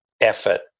effort